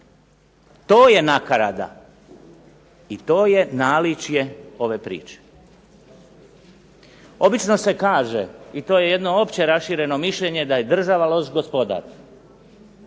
To je nakarada i to je naličje ove priče. Obično se kaže i to je jedno opće rašireno mišljenje, da je država loš gospodar,